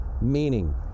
Meaning